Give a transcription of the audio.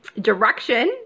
direction